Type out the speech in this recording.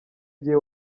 gihe